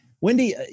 Wendy